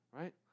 Right